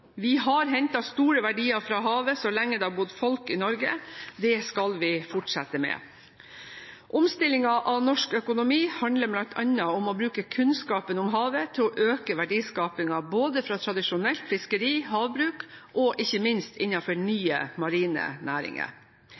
Vi har hentet store verdier fra havet så lenge det har bodd folk i Norge. Det skal vi fortsette med. Omstillingen av norsk økonomi handler bl.a. om å bruke kunnskapen om havet til å øke verdiskapingen både innenfor tradisjonelt fiskeri og havbruk og ikke minst innenfor nye marine næringer.